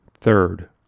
Third